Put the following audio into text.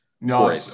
No